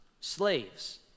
slaves